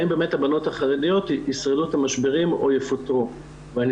האם באמת הבנות החרדיות ישרדו את המשברים או יפוטרו' ואני